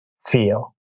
feel